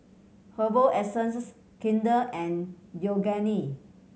Herbal Essences Kinder and Yoogane